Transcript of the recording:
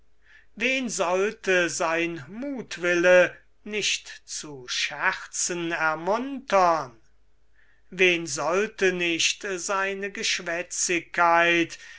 wen sollte sein muthwille nicht zu scherzen ermuntern wen sollte nicht seine